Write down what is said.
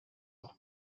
auch